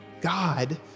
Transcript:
God